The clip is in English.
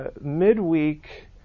midweek